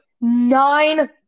nine